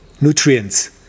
nutrients